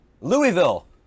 Louisville